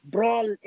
Brawl